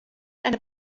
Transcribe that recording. eine